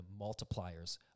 multipliers